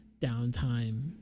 downtime